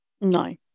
No